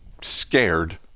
scared